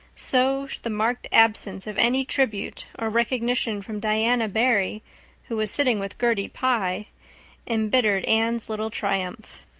so the marked absence of any tribute or recognition from diana barry who was sitting with gertie pye embittered anne's little triumph.